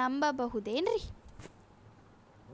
ನಮ್ ಬಬಹುದೇನ್ರಿ?